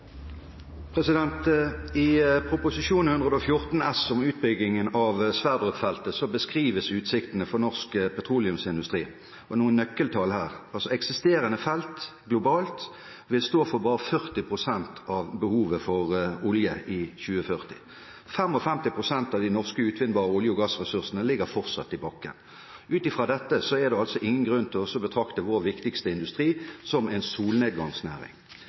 I Prop. 114 S for 2014–2015 om utbyggingen av Johan Sverdrup-feltet beskrives utsiktene for norsk petroleumsindustri. Noen nøkkeltall her: Eksisterende felt globalt vil stå for bare 40 pst. av behovet for olje i 2040. 55 pst. av de norske utvinnbare olje- og gassressursene ligger fortsatt i bakken. Ut fra dette er det ingen grunn til å betrakte vår viktigste industri som en